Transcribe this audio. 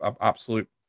absolute